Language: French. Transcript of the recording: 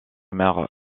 mère